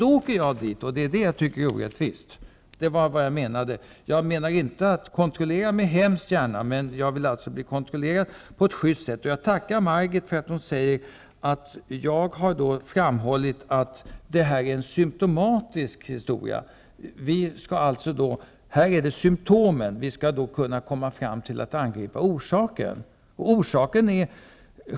Då kan jag utpekas, och det tycker jag är orättvist. Jag vill gärna bli kontrollerad, men jag vill bli kontrollerad på ett sjyst sätt. Jag tackar Margit Gennser för att hon säger att jag har framhållit att det här gäller en symtomatisk företeelse. Det är fråga om symtomen, men vi skall angripa orsaken.